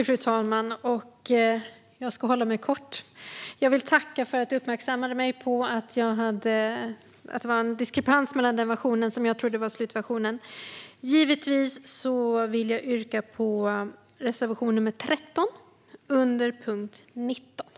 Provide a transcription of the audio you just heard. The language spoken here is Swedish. Fru talman! Jag ska fatta mig kort. Jag vill tacka fru talmannen för att hon uppmärksammade mig på att det var en diskrepans mellan den version jag hade och slutversionen av betänkandet. Givetvis vill jag yrka bifall till reservation nr 13 under punkt 19.